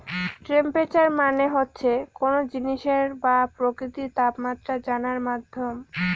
temperature মানে হচ্ছে কোনো জিনিসের বা প্রকৃতির তাপমাত্রা জানার মাধ্যম